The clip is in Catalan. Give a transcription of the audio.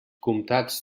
comptats